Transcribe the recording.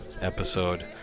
episode